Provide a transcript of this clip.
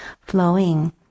flowing